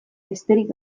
besterik